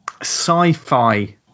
sci-fi